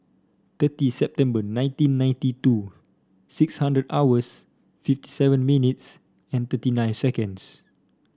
thirty September nineteen ninety two six hundred hours fifty seven minutes and thirty nine seconds